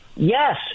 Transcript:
Yes